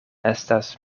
estas